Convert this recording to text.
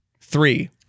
Three